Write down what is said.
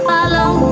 Follow